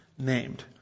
Named